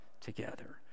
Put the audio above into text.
together